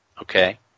okay